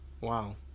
Wow